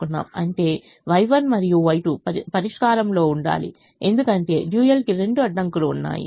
అంటే Y1 మరియు Y2 పరిష్కారంలో ఉండాలి ఎందుకంటే డ్యూయల్కి రెండు అడ్డంకులు ఉన్నాయి